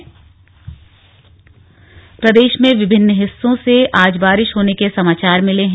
मौसम प्रदेश के विभिन्न हिस्सों से आज बारिश होने के समाचार मिले हैं